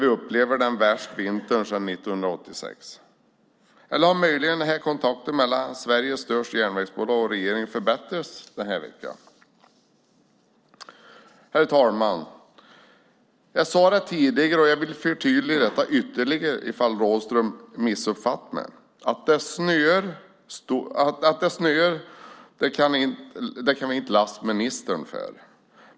Vi upplever ju nu den värsta vintern sedan 1986. Eller har möjligen kontakten mellan Sveriges största järnvägsbolag och regeringen förbättrats under den här veckan? Herr talman! Jag har sagt det tidigare och vill ytterligare förtydliga det ifall Rådhström missuppfattat mig: Att det snöar kan vi inte lasta ministern för.